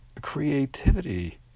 creativity